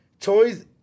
toys